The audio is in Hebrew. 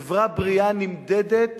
חברה בריאה נמדדת